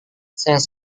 sayang